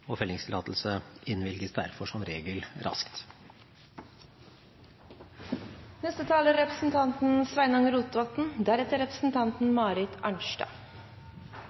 Fellingstillatelse innvilges derfor som regel raskt. Representanten Sveinung Rotevatn